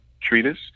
treatise